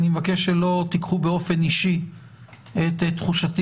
אני מבקש שלא תיקחו באופן אישי את תחושתי